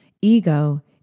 Ego